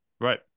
right